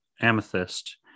amethyst